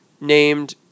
named